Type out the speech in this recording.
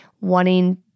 wanting